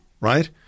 right